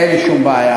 אין לי שום בעיה.